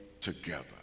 together